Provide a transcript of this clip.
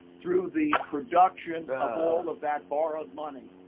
through the production of all of that borrowed money.